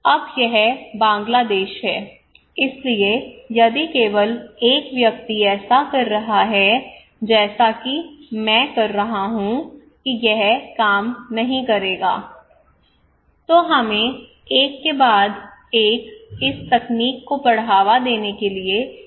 अब यह बांग्लादेश है इसलिए यदि केवल एक व्यक्ति ऐसा कर रहा है जैसा कि मैं कह रहा हूं कि यह काम नहीं करेगा तो हमें एक के बाद एक इस तकनीक को बढ़ावा देने के लिए क्या करना होगा